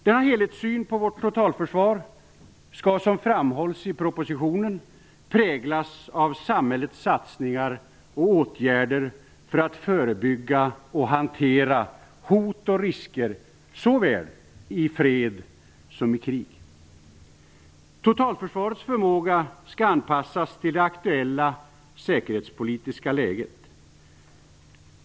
Denna helhetssyn på vårt totalförsvar skall som framhålls i propositionen präglas av samhällets satsningar och åtgärder för att förebygga och hantera hot och risker såväl i fred som i krig. Totalförsvarets förmåga skall anpassas till det aktuella säkerhetspolitiska läget.